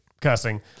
cussing